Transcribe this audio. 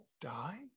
die